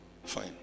Fine